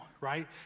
right